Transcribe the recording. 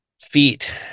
feet